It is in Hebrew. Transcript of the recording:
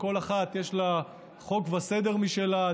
שלכל אחת יש חוק וסדר משלה,